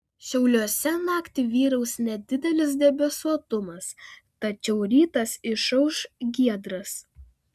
šiauliuose naktį vyraus nedidelis debesuotumas tačiau rytas išauš giedras